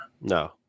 No